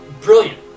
brilliant